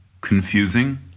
confusing